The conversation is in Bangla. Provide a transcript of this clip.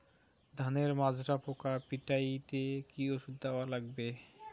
ধানের মাজরা পোকা পিটাইতে কি ওষুধ দেওয়া লাগবে?